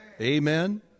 Amen